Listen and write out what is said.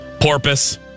Porpoise